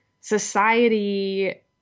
society